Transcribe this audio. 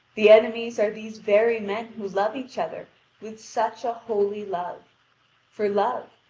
the enemies are these very men who love each other with such a holy love for love,